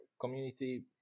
community